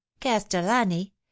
castellani